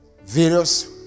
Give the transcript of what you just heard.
various